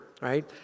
right